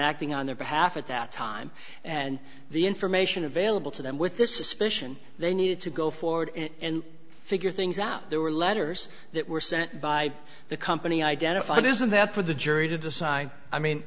acting on their behalf at that time and the information available to them with this suspicion they needed to go forward and figure things out there were letters that were sent by the company identified isn't that for the jury to decide i mean